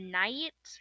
night